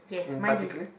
in particular